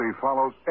follows